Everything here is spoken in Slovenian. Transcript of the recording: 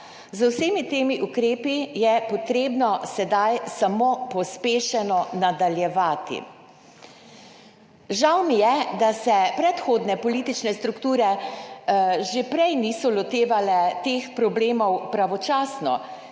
Z vsemi temi ukrepi je potrebno sedaj samo pospešeno nadaljevati. Žal mi je da se predhodne politične strukture že prej niso lotevale teh problemov pravočasno,